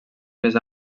més